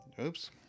oops